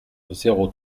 zéro